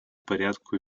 порядку